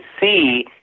see